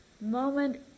moment